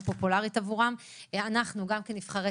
אנחנו ממשיכים לעקוב אחרי